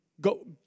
go